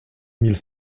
mille